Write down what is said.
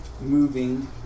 moving